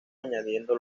añadiendo